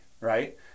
Right